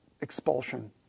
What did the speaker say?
expulsion